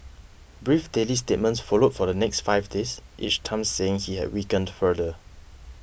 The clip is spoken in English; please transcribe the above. brief daily statements followed for the next five days each time saying he had weakened further